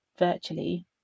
virtually